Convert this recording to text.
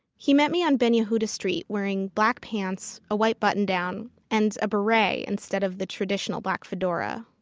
he met me on ben yehuda street wearing black pants, a white button down, and a beret instead of the traditional black fedora.